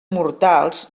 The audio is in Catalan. mortals